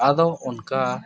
ᱟᱫᱚ ᱚᱱᱠᱟ